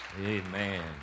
Amen